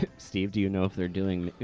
steve, do you know if they're doing,